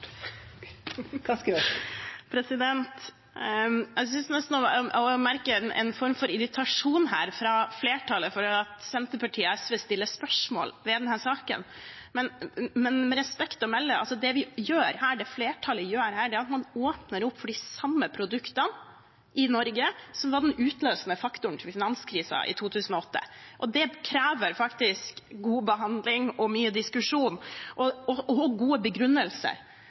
Jeg synes nesten å merke en form for irritasjon her fra flertallet over at Senterpartiet og SV stiller spørsmål ved denne saken. Med respekt å melde: Det flertallet gjør her, er at man åpner for de samme produktene i Norge som var den utløsende faktoren til finanskrisen i 2008. Det krever faktisk god behandling, mye diskusjon og gode begrunnelser.